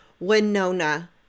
Winona